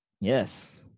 Yes